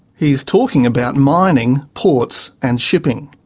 he's talking about mining, ports and shipping.